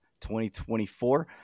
2024